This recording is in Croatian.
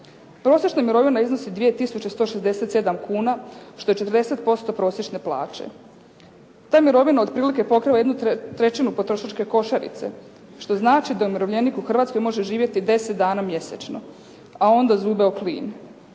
Prosječna mirovina iznosi 2 tisuće 167 kuna što je 40% prosječne plaće. Ta mirovina otprilike pokriva jednu trećinu potrošačke košarice što znači da umirovljenik u Hrvatskoj može živjeti 10 dana mjesečno a onda zube o klin.